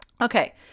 Okay